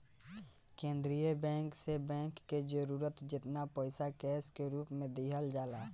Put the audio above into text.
केंद्रीय बैंक से बैंक के जरूरत जेतना पईसा कैश के रूप में दिहल जाला